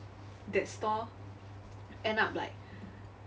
that store end up like